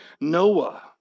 Noah